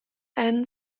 and